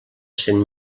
cent